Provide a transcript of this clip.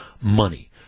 money